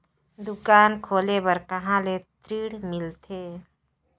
दुकान खोले बार कहा ले ऋण मिलथे?